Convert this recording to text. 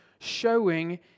showing